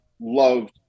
loved